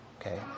Okay